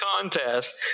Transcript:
contest